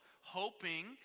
Hoping